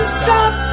stop